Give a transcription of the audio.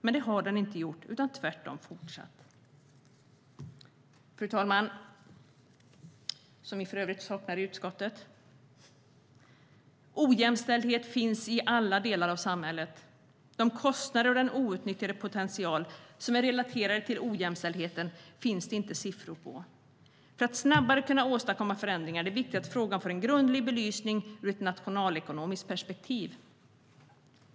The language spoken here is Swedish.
Men det har det inte gjort utan tvärtom fortsatt att minska. Fru talman - som vi för övrigt saknar i utskottet! Ojämställdhet finns i alla delar av samhället. De kostnader och den outnyttjade potential som är relaterade till ojämställdheten finns det inte siffror på. För att snabbare kunna åstadkomma förändringar är det viktigt att frågan får en grundlig belysning ur ett nationalekonomiskt perspektiv.